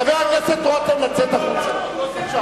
חבר הכנסת רותם, לצאת החוצה.